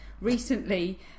recently